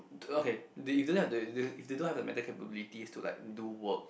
to okay if they don't have the mental capability to like do work